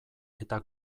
eta